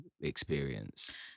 experience